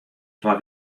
twa